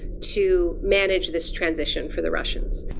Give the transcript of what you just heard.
to manage this transition for the russians.